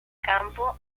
campo